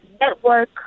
network